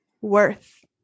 worth